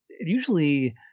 usually